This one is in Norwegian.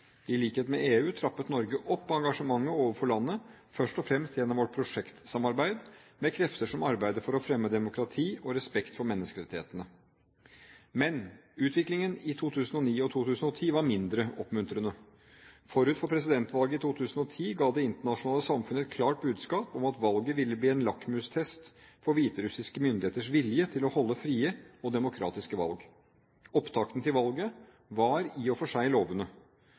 I likhet med EU trappet Norge opp engasjementet overfor landet, først og fremst gjennom vårt prosjektsamarbeid med krefter som arbeider for å fremme demokrati og respekt for menneskerettighetene. Men utviklingen i 2009 og 2010 var mindre oppmuntrende. Forut for presidentvalget i 2010 ga det internasjonale samfunnet et klart budskap om at valget ville bli en lakmustest for hviterussiske myndigheters vilje til å holde frie og demokratiske valg. Opptakten til valget var i og for seg